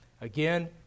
Again